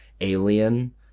alien